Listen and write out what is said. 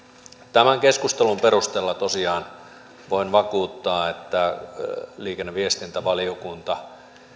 tämän keskustelun perusteella tosiaan voin vakuuttaa että liikenne ja viestintävaliokunta